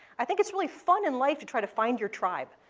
i think it's really fun in life to try to find your tribe.